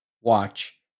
watch